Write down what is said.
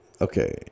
Okay